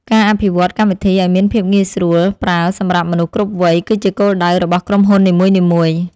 ការអភិវឌ្ឍន៍កម្មវិធីឱ្យមានភាពងាយស្រួលប្រើសម្រាប់មនុស្សគ្រប់វ័យ គឺជាគោលដៅរបស់ក្រុមហ៊ុននីមួយៗ។